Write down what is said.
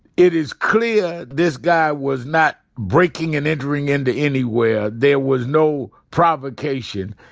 it is clear this guy was not breaking and entering into anywhere. there was no provocation,